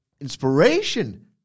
inspiration